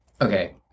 Okay